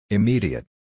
Immediate